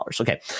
Okay